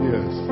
Yes